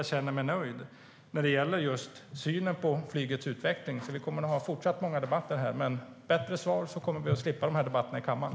Jag känner mig inte nöjd när det gäller synen på flygets utveckling. Vi kommer nog att ha många debatter här i fortsättningen. Men med bättre svar kommer vi att slippa de här debatterna i kammaren.